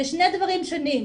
אלה שני דברים שונים.